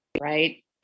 Right